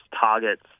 targets